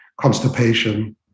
constipation